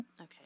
Okay